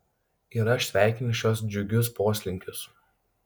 ir aš sveikinu šiuos džiugius poslinkius